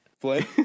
play